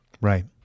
Right